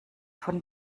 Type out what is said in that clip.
von